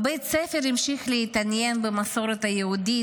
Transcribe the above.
בבית הספר הוא המשיך להתעניין במסורת היהודית,